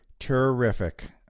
terrific